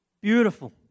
Beautiful